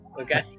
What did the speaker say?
Okay